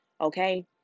Okay